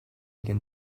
can